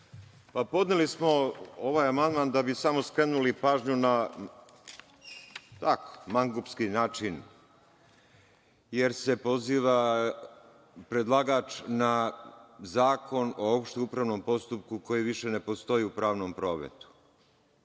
Podneli smo ovaj amandman da bi samo skrenuli pažnju da mangupski način, jer se poziva predlagač na Zakon o opštem upravnom postupku koji više ne postoji u pravnom prometu,